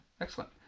Excellent